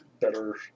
better